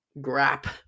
Grap